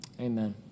Amen